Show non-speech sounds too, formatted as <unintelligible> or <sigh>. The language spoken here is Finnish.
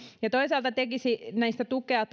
ja toisaalta tekisi näistä tukea <unintelligible>